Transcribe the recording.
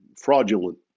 fraudulent